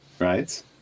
right